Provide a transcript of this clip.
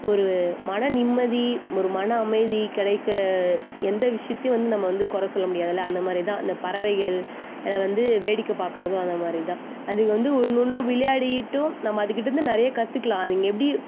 ஒரு மனநிம்மதி ஒரு மன அமைதி கிடைக்க எந்த விஷயத்தையும் வந்து நம்ம வந்து குற சொல்ல முடியாதுல்ல அந்த மாதிரிதான் இந்த பறவைகள் எல்லாம் வந்து வேடிக்கை பார்க்குறதும் அதை மாதிரிதான் அதுங்கள் வந்து ஒன்று ஒன்றும் விளையாடிகிட்டும் நம்ம அதுக்கிட்டேயிர்ந்து நிறையா கற்றுக்கலாம் அதுங்கள் எப்படி